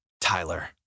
Tyler